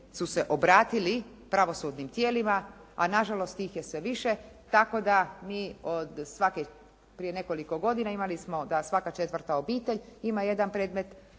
su se obratili pravosudnim tijelima a nažalost tih je sve više tako da mi od svake prije nekoliko godina imali smo da svaka četvrta obitelj ima jedne predmet